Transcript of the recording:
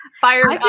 Fire